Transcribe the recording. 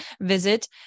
visit